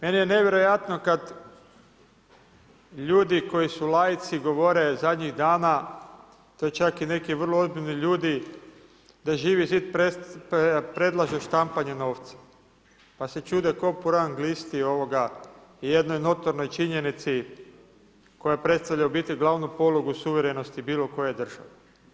Meni je nevjerojatno kad ljudi koji su laici govore zadnjih dana, to i čak neki vrlo ozbiljni ljudi, da Živi zid predlaže štampanje novca pa se čude ko … glisti jednoj notornoj činjenici koja predstavlja glavnu polugu suverenosti bilo koje države.